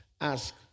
ask